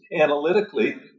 analytically